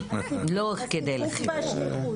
לא כדי לחיות.